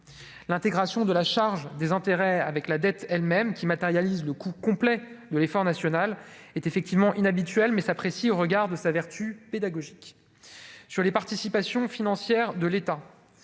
l'intégration de la charge des intérêts avec la dette elles-mêmes qui matérialise le coût complet de l'effort national est effectivement inhabituel mais s'apprécie au regard de sa vertu pédagogique je suis les participation financière de l'État,